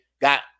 got